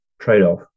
trade-off